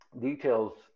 details